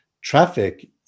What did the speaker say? traffic